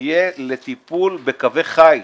יהיה לטיפול בקווי חיץ.